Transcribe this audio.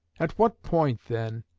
at what point, then,